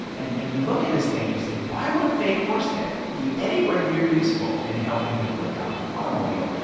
and and you look at this thing, and you say, why would a fake horse head be anywhere near useful in helping people adopt an automobile?